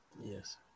Yes